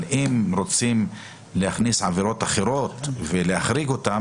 אבל אם רוצים להכניס עבירות אחרות ולהחריג אותן,